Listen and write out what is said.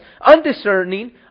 undiscerning